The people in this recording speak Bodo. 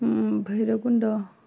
बैरब खन्ध